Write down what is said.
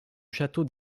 château